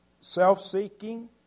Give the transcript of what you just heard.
self-seeking